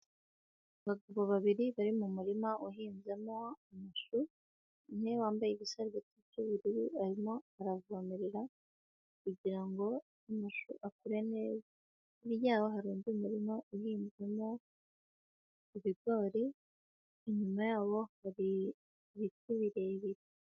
Abagabo babiri bari mumurima uhinzemo amashu, umwe wambaye igisarubeti cy'ubururu, arimo aravomerera kugira ngo amashu akure neza, hirya hari undi murima uhinzwemo ibigori, inyuma yabo hari ibiti birebire.